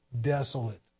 desolate